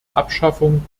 abschaffung